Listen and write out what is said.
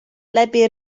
läbi